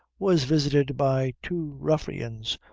was visited by two ruffians,